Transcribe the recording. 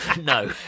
No